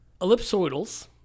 Ellipsoidals